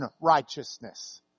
righteousness